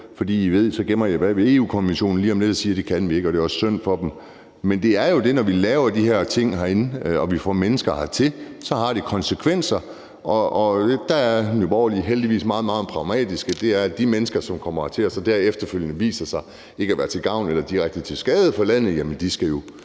om lidt kan gemme jer bag EU-konventionen og sige: Det kan vi ikke, og det er også synd for dem. Men det er jo sådan, at når vi laver de her ting herinde og får mennesker hertil, har det konsekvenser, og der er Nye Borgerlige heldigvis meget, meget pragmatiske, sådan at de mennesker, der kommer hertil og så efterfølgende viser sig ikke at være til gavn for eller at være direkte til skade for landet, jo skal ud